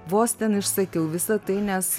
vos ten išsakiau visa tai nes